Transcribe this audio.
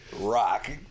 rock